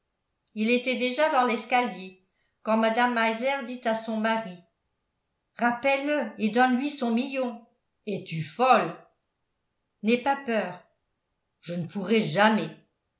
il était déjà dans l'escalier quand mme meiser dit à son mari rappelle le et donne-lui son million es-tu folle n'aie pas peur je ne pourrai jamais